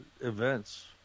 events